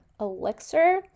elixir